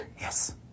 Yes